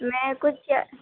میں کچھ چے